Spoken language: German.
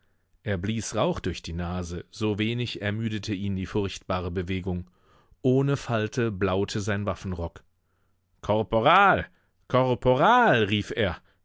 er blies rauch durch die nase so wenig ermüdete ihn die furchtbare bewegung ohne falte blaute sein waffenrock korporal korporal rief er